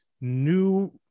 new